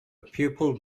pupil